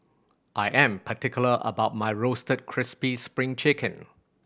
I am particular about my Roasted Crispy Spring Chicken